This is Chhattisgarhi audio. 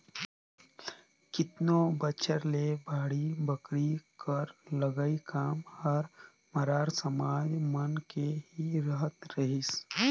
केतनो बछर ले बाड़ी बखरी कर लगई काम हर मरार समाज मन के ही रहत रहिस